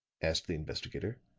asked the investigator.